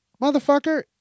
Motherfucker